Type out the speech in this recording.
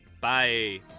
bye